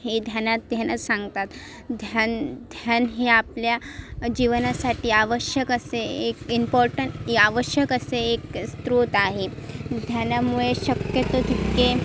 हे ध्यानात ध्यानात सांगतात ध्यान ध्यान ही आपल्या जीवनासाठी आवश्यक असे एक इम्पॉर्टंट आवश्यक असे एक स्त्रोत आहे ध्यानामुळे शक्यतो तितके